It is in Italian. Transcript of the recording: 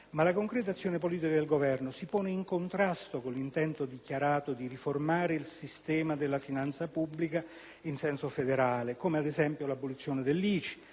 Ma la concreta azione politica del Governo si pone in contrasto con l'intento dichiarato di riformare il sistema della finanza pubblica in senso federale; è il caso, ad esempio, dell'abolizione dell'ICI,